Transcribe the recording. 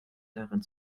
daran